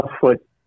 foot